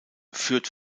führt